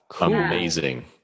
amazing